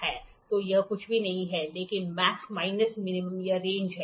तो यह कुछ भी नहीं है लेकिन मैक्स माइनस मिन यह रेंज है